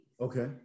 Okay